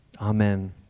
Amen